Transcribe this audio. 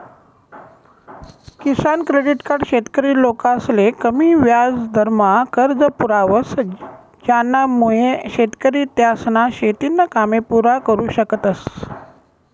किसान credit card शेतकरी लोकसले कमी याजदरमा कर्ज पुरावस ज्यानामुये शेतकरी त्यासना शेतीना कामे पुरा करु शकतस